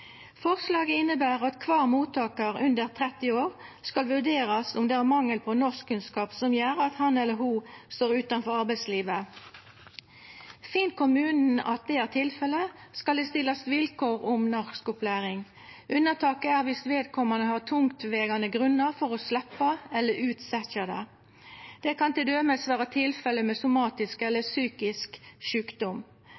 Forslaget inneber at det for kvar mottakar under 30 år skal vurderast om det er mangel på norskkunnskap som gjer at han eller ho står utanfor arbeidslivet. Finn kommunen at det er tilfellet, skal det stillast vilkår om norskopplæring. Unnataket er viss vedkomande har tungtvegande grunner for å sleppa eller utsetja det. Det kan t.d. vera tilfellet ved somatisk eller